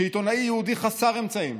שעיתונאי יהודי, חסר אמצעים,